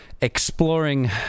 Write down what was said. exploring